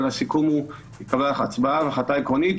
אבל הסיכום הוא --- הצבעה והחלטה עקרונית,